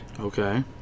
Okay